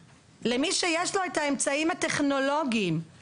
קל לנו מאוד לדבר על הטווח של העוד עשר שנים וקל